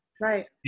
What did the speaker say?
right